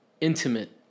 intimate